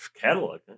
catalog